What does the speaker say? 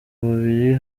babiri